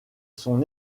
son